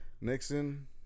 Nixon